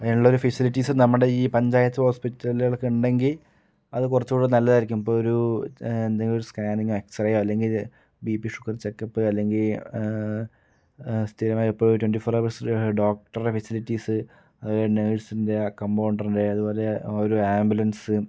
ഉള്ളൊരു ഫെസിലിറ്റീസ്സ് നമ്മുടെ ഈ പഞ്ചായത്ത് ഹോസ്പിറ്റലുകൾക്ക് ഉണ്ടെങ്കിൽ അത് കുറച്ചുകൂടെ നല്ലതായിരിക്കും ഇപ്പം ഒരു എന്തെങ്കിലുമൊരു സ്കാനിങ്ങോ എക്സ്റേ അല്ലെങ്കിൽ ബി പി ഷുഗർ ചെക്കപ്പ് അല്ലെങ്കിൽ സ്ഥിരമായി പോയി ട്വൻറി ഫോർ ഹവേഴ്സ് ഡോക്ടറുടെ ഫെസിലിറ്റീസ്സ് അതുപോലെ നേഴ്സിൻ്റെ ആ കമ്പോണ്ടറിൻ്റെ അതുപോലെ ആ ഒരു ആംബുലൻസ്